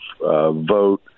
vote